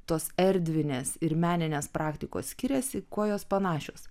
tos erdvinės ir meninės praktikos skiriasi kuo jos panašios